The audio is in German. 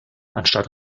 anstatt